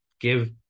give